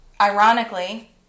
Ironically